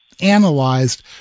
analyzed